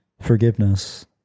forgiveness